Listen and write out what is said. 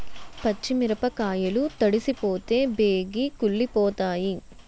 పచ్చి మిరపకాయలు తడిసిపోతే బేగి కుళ్ళిపోతాయి